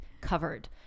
covered